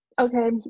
Okay